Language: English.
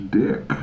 dick